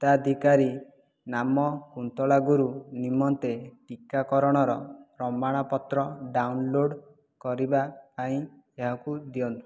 ହିତାଧିକାରୀ ନାମ କୁନ୍ତଳା ଗୁରୁ ନିମନ୍ତେ ଟିକାକରଣର ପ୍ରମାଣପତ୍ର ଡାଉନଲୋଡ଼୍ କରିବା ପାଇଁ ଏହାକୁ ଦିଅନ୍ତୁ